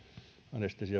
anestesiaa